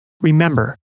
Remember